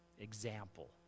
example